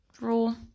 rule